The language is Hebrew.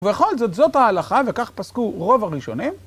ובכל זאת, זאת ההלכה, וכך פסקו רוב הראשונים.